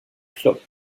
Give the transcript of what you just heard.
club